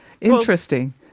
interesting